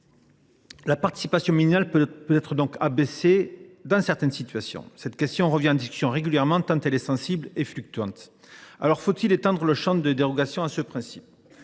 La participation minimale peut donc être abaissée dans certaines situations. Cette question revient en discussion régulièrement tant elle est sensible et fluctuante. Faut il étendre le champ des dérogations à ce principe ?